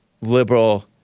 liberal